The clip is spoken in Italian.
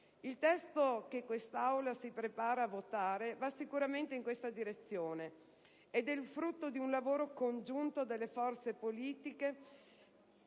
Il testo che quest'Aula si prepara a votare va sicuramente in questa direzione ed è il frutto di un lavoro congiunto delle forze politiche,